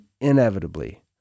inevitably